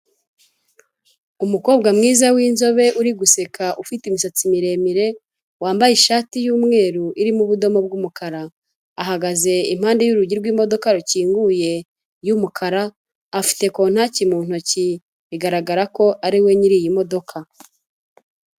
Umukobwa mwiza w'inzobe uriguseka ufite imisatsi miremire, wambaye ishati y'umweru irimo ubudomo bw'umukara. Ahagaze impande y'urugi rw'imodoka rukinguye y'umukara. Afite kontaki mu ntoki bigaragara ko ariwe nyiri iyi modoka.